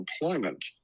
employment